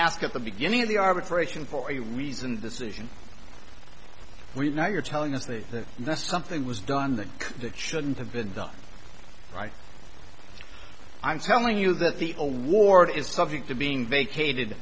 at the beginning of the arbitration for a reasoned decision we've now you're telling us that the that something was done that that shouldn't have been done right i'm telling you that the award is subject to being vacated